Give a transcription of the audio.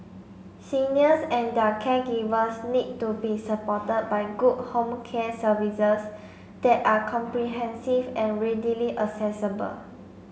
seniors and their caregivers need to be supported by good home care services that are comprehensive and readily accessible